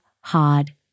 hard